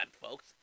folks